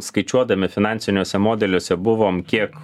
skaičiuodami finansiniuose modeliuose buvom kiek